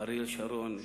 אריאל שרון,